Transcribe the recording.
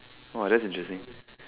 that's interesting